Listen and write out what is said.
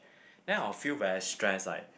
then I'll feel very stressed like